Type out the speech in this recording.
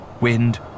Wind